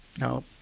No